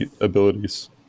abilities